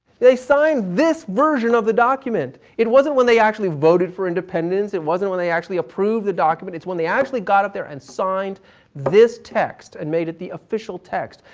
they signed this version of the document. it wasn't when they actually voted for independence, it wasn't when they actually approved the document, it's when they actually got up there and signed this text and made it the official text.